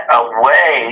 away